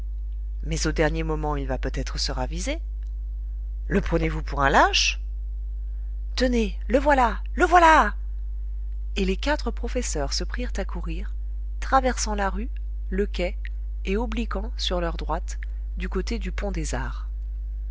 mais au dernier moment il va peut-être se raviser le prenez-vous pour un lâche tenez le voilà le voilà et les quatre professeurs se prirent à courir traversant la rue le quai et obliquant sur leur droite du côté du pont des arts